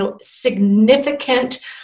significant